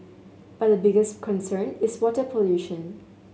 but the biggest concern is water pollution